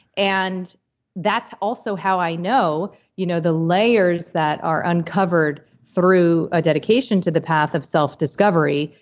and that's also how i know you know the layers that are uncovered through a dedication to the path of self-discovery,